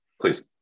please